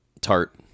tart